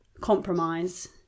compromise